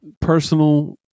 personal